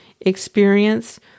experience